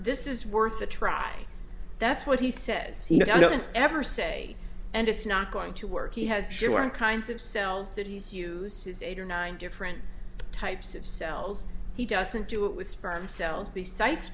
this is worth a try that's what he says he doesn't ever say and it's not going to work he has sure one kinds of cells that he's used eight or nine different types of cells he doesn't do it with sperm cells b sites